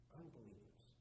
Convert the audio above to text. unbelievers